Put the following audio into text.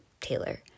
taylor